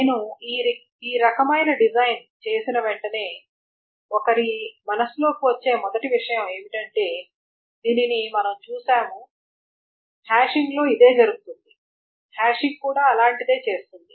నేను ఈ రకమైన డిజైన్ చేసిన వెంటనే ఒకరి మనస్సులోకి వచ్చే మొదటి విషయం ఏమిటంటే దీనిని మనం చూశాము మరియు హాషింగ్ లో ఇదే జరుగుతుంది హ్యాషింగ్ కూడా అలాంటిదే చేస్తుంది